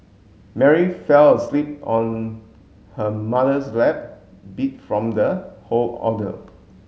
Mary fell asleep on her mother's lap beat from the whole ordeal